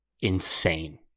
insane